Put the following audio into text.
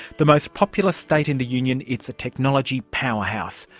the most populous state in the union, it's a technology powerhouse,